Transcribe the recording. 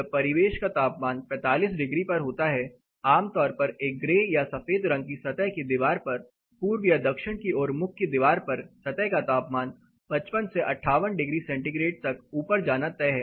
जब परिवेश का तापमान 45 डिग्री पर होता है आम तौर पर एक ग्रे या सफेद रंग की सतह की दीवार पर पूर्व या दक्षिण की ओर मुख की दीवार पर सतह का तापमान 55 से 58 डिग्री सेंटीग्रेड तक ऊपर जाना तय है